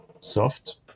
soft